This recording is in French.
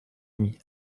ami